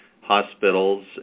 hospitals